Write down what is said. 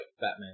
Batman